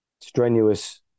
strenuous